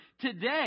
today